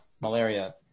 malaria